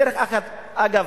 דרך אגב,